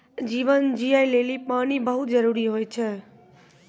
जीवन जियै लेलि पानी बहुत जरूरी होय छै?